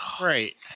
Right